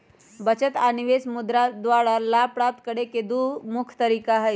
बचत आऽ निवेश मुद्रा द्वारा लाभ प्राप्त करेके दू मुख्य तरीका हई